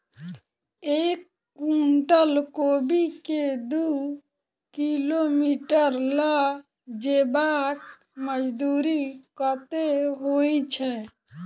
एक कुनटल कोबी केँ दु किलोमीटर लऽ जेबाक मजदूरी कत्ते होइ छै?